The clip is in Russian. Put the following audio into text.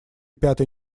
пятой